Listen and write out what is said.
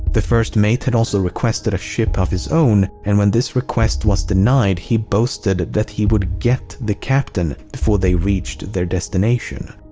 the first mate had also requested a ship of his own and when this request was denied he boasted that he would get the captain before they reached their destination.